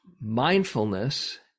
Mindfulness